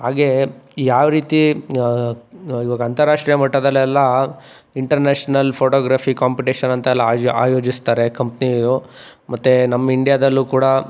ಹಾಗೆ ಯಾವ ರೀತಿ ಇವಾಗ ಅಂತಾರಾಷ್ಟ್ರೀಯ ಮಟ್ಟದಲೆಲ್ಲ ಇಂಟರ್ನ್ಯಾಷನಲ್ ಫೋಟೋಗ್ರಫಿ ಕಾಂಪಿಟೇಷನ್ ಅಂತೆಲ್ಲ ಆಯೋಜಿಸ್ತಾರೆ ಕಂಪ್ನಿಯು ಮತ್ತೆ ನಮ್ಮ ಇಂಡಿಯಾದಲ್ಲೂ ಕೂಡ